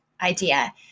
idea